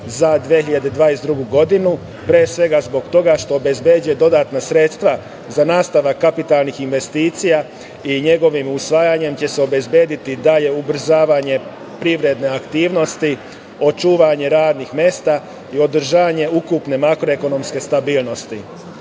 za 2022. godinu, pre svega zbog toga što obezbeđuje dodatna sredstva za nastavak kapitalnih investicija i njegovim usvajanjem će se obezbediti dalje ubrzavanje privredne aktivnosti, očuvanje radnih mesta i održanje ukupne makroekonomske stabilnosti. Budžetom